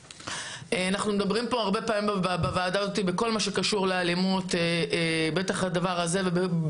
אנחנו מדברים פה הרבה פעמים על כל מה שקשור לאלימות בכל הסוגים.